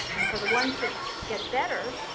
and so the ones that get better,